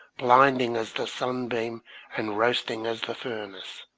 blinding as the sunbeam and roasting as the furnace.